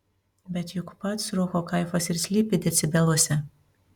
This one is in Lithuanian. bet juk pats roko kaifas ir slypi decibeluose